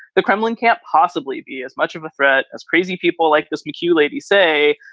the kremlin can't possibly be as much of a threat as crazy people like this bcu lady say,